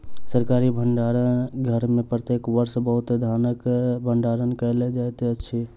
सरकारी भण्डार घर में प्रत्येक वर्ष बहुत धानक भण्डारण कयल जाइत अछि